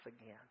again